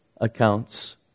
accounts